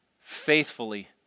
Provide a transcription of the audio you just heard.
faithfully